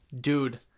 Dude